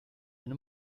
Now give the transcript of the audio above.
eine